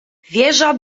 wieża